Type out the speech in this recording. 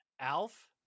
Alf